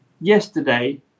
Yesterday